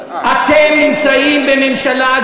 אתם נמצאים בממשלה,